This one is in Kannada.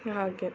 ಹಾಗೆ